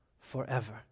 forever